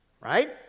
Right